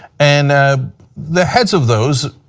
and the heads of those